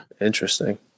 Interesting